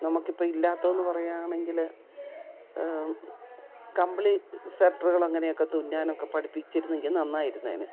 നമുക്കിപ്പം ഇല്ലാത്തത് എന്ന് പറയുകയാണെങ്കിൽ കമ്പിളി സെറ്ററുകൾ എങ്ങനെയൊക്കെ തുന്നാനൊക്കെ പഠിപ്പിച്ചിരുന്നെങ്കിൽ നന്നായിരുന്നേനെ